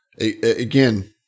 again